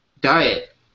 diet